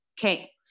okay